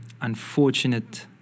unfortunate